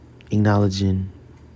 Acknowledging